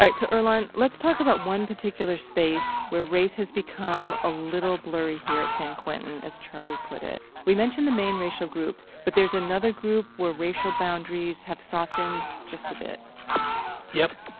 right. so, earlonne, let's talk about one particular space where race has become a little blurry here at san quentin, as charlie put it. we mentioned the main racial groups, but there's another group where racial boundaries have softened just a bit yep.